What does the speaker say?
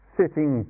sitting